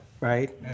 right